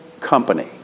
company